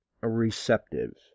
receptive